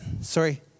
sorry